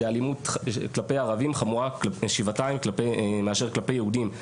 שאלימות כלפי ערבים חמורה שבעתיים מאשר כלפי יהודים.